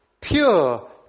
pure